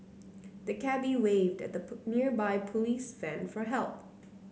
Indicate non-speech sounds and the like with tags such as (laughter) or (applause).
the cabby waved at a (unintelligible) nearby police van for help